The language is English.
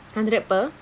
hundred per